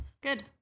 good